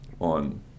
on